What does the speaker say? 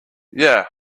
yeah